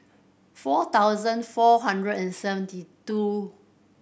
four thousand four hundred and seventy two